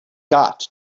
got